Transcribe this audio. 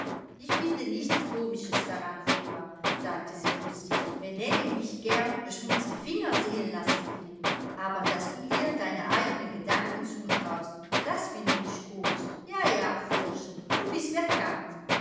ich finde nichts komisches darin flora sagte sie lustig wenn nellie nicht gern beschmutzte finger sehen lassen will aber daß du ihr deine eignen gedanken zutraust das finde ich komisch ja ja florchen du bist